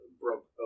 broke